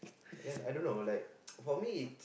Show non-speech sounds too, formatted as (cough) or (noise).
then I don't know like (noise) for me